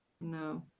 no